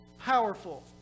powerful